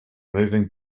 moving